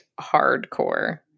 hardcore